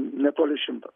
netoli šimto